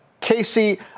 Casey